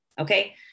okay